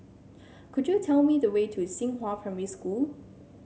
could you tell me the way to Xinghua Primary School